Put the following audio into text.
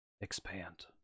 Expand